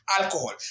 alcohol